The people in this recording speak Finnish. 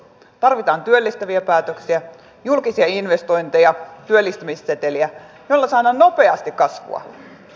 tarvitaan työllistäviä päätöksiä julkisia investointeja työllistämisseteliä joilla saadaan nopeasti kasvua